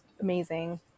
amazing